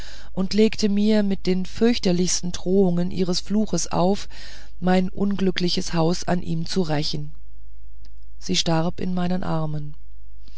und legte mir mit den fürchterlichsten drohungen ihres fluches auf mein unglückliches haus an ihm zu rächen sie starb in meinen armen